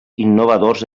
innovadors